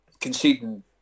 conceding